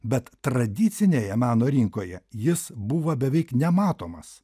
bet tradicinėje meno rinkoje jis buvo beveik nematomas